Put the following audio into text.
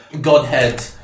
Godhead